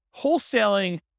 wholesaling